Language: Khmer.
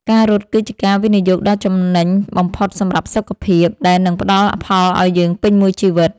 ការរត់គឺជាការវិនិយោគដ៏ចំណេញបំផុតសម្រាប់សុខភាព ដែលនឹងផ្ដល់ផលឱ្យយើងពេញមួយជីវិត។